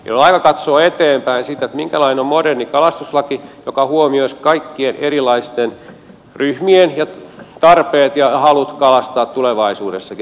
on aika katsoa eteenpäin sitä minkälainen on moderni kalastuslaki joka huomioisi kaikkien erilaisten ryhmien tarpeet ja halut kalastaa tulevaisuudessakin